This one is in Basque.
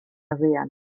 herrian